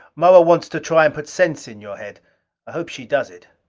moa wants to try and put sense in your head i hope she does it.